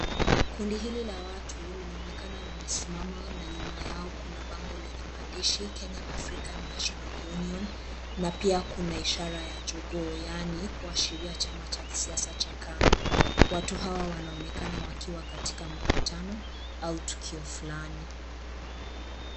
Kundi hili la watu linaonekana wamesimama na nyuma yao kuna bango lenye maandishi (cs)Kenya African National Union(cs) na pia kuna ishara ya jogoo yani kuashiria chama cha kisiasa cha (cs)KANU(cs),watu hawa wanaonekana wakiwa katika mkutano au tukio fulani.